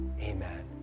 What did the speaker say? amen